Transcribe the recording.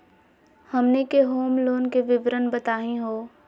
हमनी के home loan के विवरण बताही हो?